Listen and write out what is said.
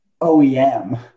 OEM